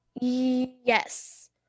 Yes